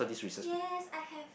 yes I have